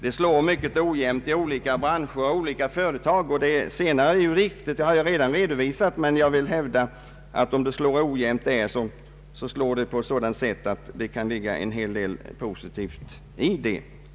Det slår mycket ojämnt i olika branscher och i olika företag. Det senare är riktigt, det har jag redan redovisat, men jag vill hävda att om förslaget slår ojämnt, så kan det från den utgångspunkten sett ligga en hel del positivt i det.